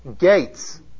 gates